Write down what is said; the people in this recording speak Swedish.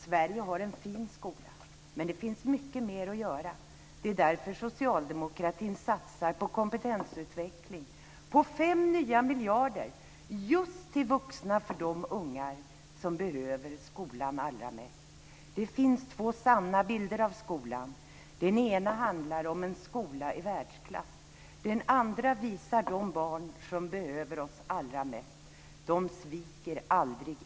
Sverige har en fin skola, men det finns mycket mer att göra. Det är därför socialdemokratin satsar på kompetensutveckling och på 5 nya miljarder just till vuxna för de ungar som behöver skolan allra mest. Det finns två sanna bilder av skolan. Den ena handlar om en skola i världsklass. Den andra visar de barn som behöver oss allra mest.